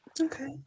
Okay